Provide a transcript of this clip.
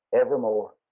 evermore